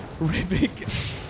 rivik